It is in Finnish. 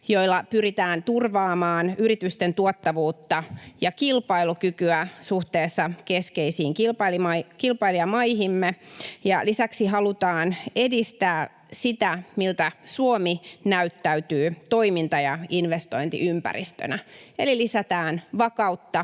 joilla pyritään turvaamaan yritysten tuottavuutta ja kilpailukykyä suhteessa keskeisiin kilpailijamaihimme. Lisäksi halutaan edistää sitä, miltä Suomi näyttäytyy toiminta- ja investointiympäristönä, eli lisätään vakautta